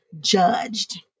judged